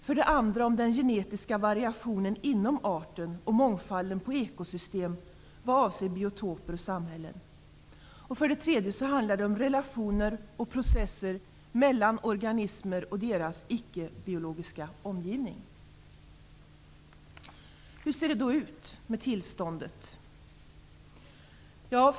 För det andra handlar det om den genetiska variationen inom arten och mångfalden av ekosystem vad avser biotoper och samhällen. För det tredje handlar det om relationer och processer mellan organismer och deras ickebiologiska omgivning. Hur ser då tillståndet ut?